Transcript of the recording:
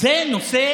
זה נושא